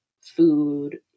food